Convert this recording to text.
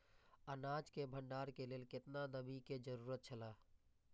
अनाज के भण्डार के लेल केतना नमि के जरूरत छला?